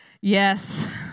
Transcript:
Yes